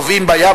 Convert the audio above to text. טובעים בים,